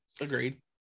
agreed